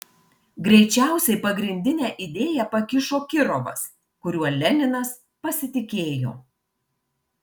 greičiausiai pagrindinę idėją pakišo kirovas kuriuo leninas pasitikėjo